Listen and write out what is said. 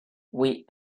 wheat